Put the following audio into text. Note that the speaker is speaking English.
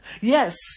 Yes